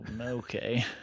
okay